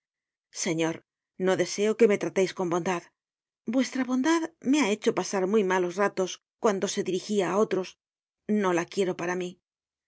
señor no deseo que me trateis con bondad vuestra bondad me ha hecho pasar muy malos ratos cuando se dirigia á otros no la quiero para mí